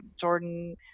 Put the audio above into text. jordan